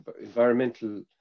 environmental